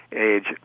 age